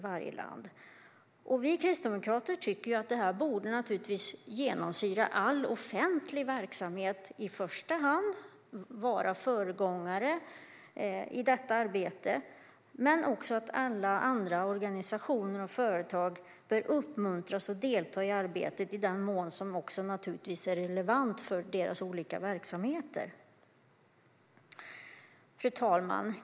Vi kristdemokrater tycker att det här borde genomsyra all offentlig verksamhet i första hand, så att man är föregångare i detta arbete, men att alla andra organisationer och företag bör uppmuntras att delta i arbetet i den mån som är relevant för deras olika verksamheter. Fru talman!